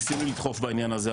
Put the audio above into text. ניסינו לדחוף בעניין הזה,